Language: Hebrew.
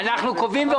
ועוד איך אנחנו קובעים.